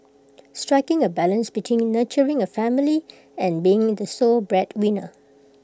striking A balance between nurturing A family and being the sole breadwinner